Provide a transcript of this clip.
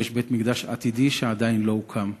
ויש בית-מקדש עתידי שעדיין לא הוקם.